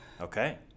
Okay